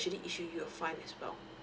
issue you a fine as well